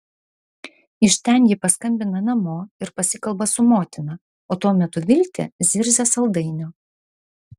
iš ten ji paskambina namo ir pasikalba su motina o tuo metu viltė zirzia saldainio